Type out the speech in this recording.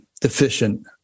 deficient